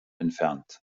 entfernt